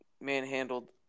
manhandled